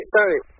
Sorry